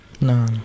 No